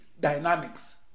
dynamics